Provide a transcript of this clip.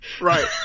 Right